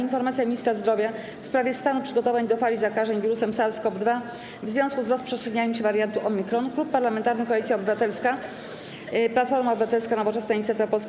Informacja Ministra Zdrowia w sprawie stanu przygotowań do fali zakażeń wirusem SARS-CoV-2 w związku z rozprzestrzenianiem się wariantu Omikron; - Klub Parlamentarny Koalicja Obywatelska - Platforma Obywatelska, Nowoczesna, Inicjatywa Polska,